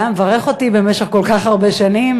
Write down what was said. והוא היה מברך אותי במשך כל כך הרבה שנים.